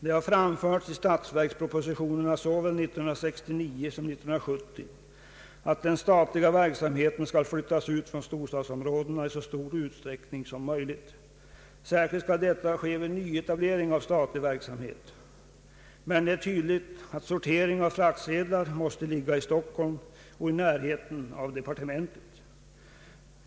Det har framförts i statsverkspropositionerna såväl 1969 som 1970 att den statliga verksamheten skall flyttas ut från storstadsområdena i så stor utsträckning som möjligt. Särskilt skall detta ske vid nyetablering av statlig verksamhet. Men det är tydligt att sorteringen av fraktsedlar måste ligga i Stockholm och i närheten av departementet!